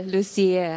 Lucia